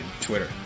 Twitter